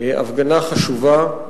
הפגנה חשובה,